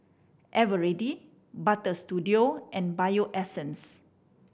Eveready Butter Studio and Bio Essence